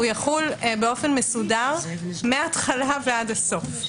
יחול באופן מסודר מההתחלה עד הסוף.